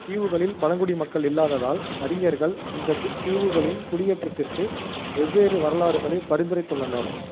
தீவுகளில் பழங்குடி மக்கள் இல்லாததால் அறிஞர்கள் இந்தத் தீவுகளின் குடியேற்றத்திற்கு வெவ்வேறு வரலாறுகளை பரிந்துரைத்துள்ளனர்